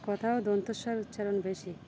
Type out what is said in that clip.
কথাও দন্ত সর উচ্চারণ বেশি